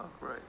right